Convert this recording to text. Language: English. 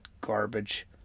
garbage